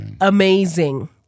amazing